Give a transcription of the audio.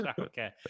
okay